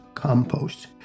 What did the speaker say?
Compost